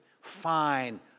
fine